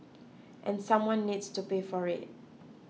and someone needs to pay for it